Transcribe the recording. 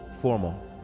Formal